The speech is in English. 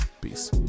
Peace